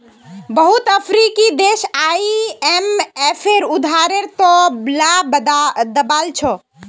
बहुत अफ्रीकी देश आईएमएफेर उधारेर त ल दबाल छ